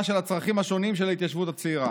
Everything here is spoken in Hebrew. של הצרכים השונים של ההתיישבות הצעירה.